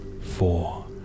four